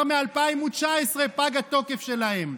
ממשלת ישראל,